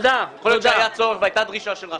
הרי יכול להיות שהיה צורך והיתה דרישה של רח"ל.